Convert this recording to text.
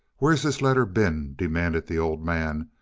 where's this letter been? demanded the old man,